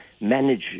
manage